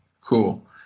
cool